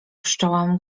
pszczołom